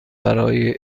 برای